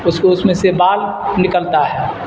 اس کو اس میں سے بال نکلتا ہے